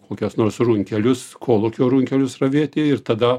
kokias nors runkelius kolūkio runkelius ravėti ir tada